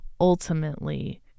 ultimately